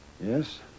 Yes